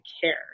care